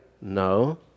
No